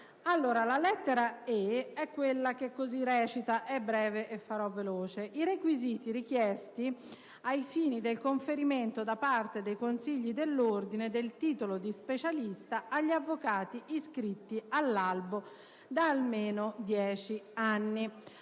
la lettera *e)*, che recita: «i requisiti richiesti ai fini del conferimento da parte dei consigli dell'ordine del titolo di specialista agli avvocati iscritti all'albo da almeno dieci anni».